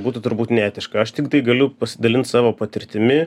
būtų turbūt neetiška aš tiktai galiu pasidalint savo patirtimi